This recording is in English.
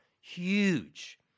huge